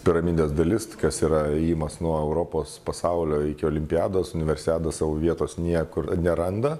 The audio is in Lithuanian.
piramidės dalis kas yra ėjimas nuo europos pasaulio iki olimpiados universiada sau vietos niekur neranda